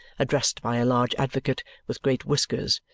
addressed by a large advocate with great whiskers,